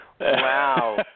Wow